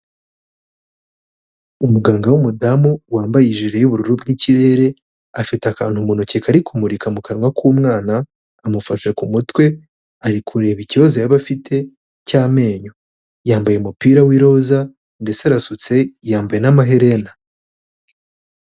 Umuganga w'umudamu, wambaye ijire y'ubururu bw'ikirere, afite akantu mu intoki kari kumurika mu kanwa k'umwana, amufashe ku mutwe, ari kureba ikibazo yaba afite cy'amenyo. Yambaye umupira w'iroza mbese arasutse, yambaye n'amaherena.